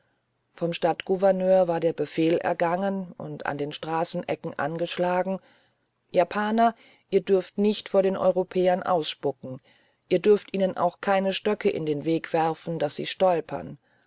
vom stadtgouverneur war der befehl ergangen und an den straßenecken angeschlagen japaner ihr dürft nicht vor den europäern ausspucken ihr dürft ihnen auch keine stöcke in den weg werfen daß sie stolpern